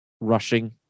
rushing